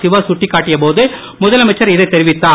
சிவா கட்டிக்காட்டிய போது முதலமைச்சர் இதை தெரிவித்தார்